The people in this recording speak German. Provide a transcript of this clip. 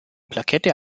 plakette